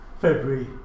February